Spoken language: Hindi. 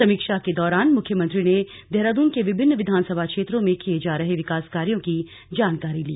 समीक्षा के दौरान मुख्यमंत्री ने देहरादून के विभिन्न विधानसभा क्षेत्रों में किए जा रहे विकास कार्यों की जानकारी ली